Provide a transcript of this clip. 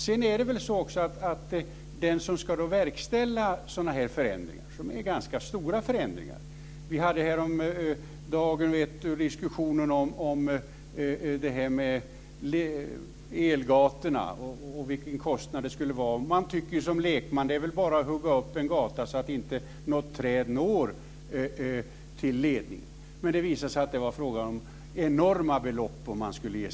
Sedan är det frågan om vem som ska verkställa dessa stora förändringar. Häromdagen hade vi diskussionen om kostnaderna för elgatorna. Som lekman tycker man att det är bara att hugga upp en gata så att inte något träd når fram till ledningen. Det visade sig att det var fråga om enorma belopp.